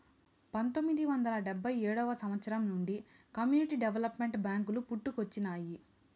పంతొమ్మిది వందల డెబ్భై ఏడవ సంవచ్చరం నుండి కమ్యూనిటీ డెవలప్మెంట్ బ్యేంకులు పుట్టుకొచ్చినాయి